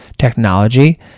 technology